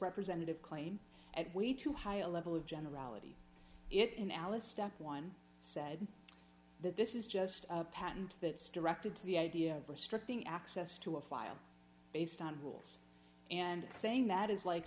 representative claim and way too high a level of generality it in alice step one said that this is just patent that structed to the idea of restricting access to a file based on rules and saying that is like